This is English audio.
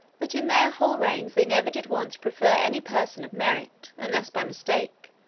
that in their whole reigns they never did once prefer any person of merit, unless by mistake,